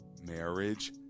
Marriage